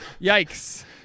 Yikes